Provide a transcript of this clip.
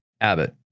Abbott